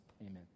Amen